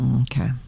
Okay